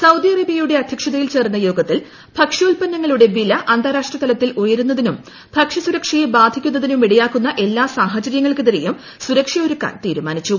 Saudi അറേബ്യയുടെ അദ്ധ്യക്ഷതയിൽ ചേർന്ന യോഗത്തിൽ ഭക്ഷ്യാ്ർപ്പ്പ്ന്നങ്ങളുടെ വില അന്താരാഷ്ട്ര തലത്തിൽ ഉയരുന്നതിനും ഭക്ഷ്യസുരക്ഷയെ ബാധിക്കുന്നതിനും ഇടയാക്കുന്ന എല്ലാ സാഹിക്കുര്യങ്ങൾക്കെതിരെയും സുരക്ഷ ഒരുക്കാൻ തീരുമാനിച്ചു